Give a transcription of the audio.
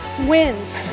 wins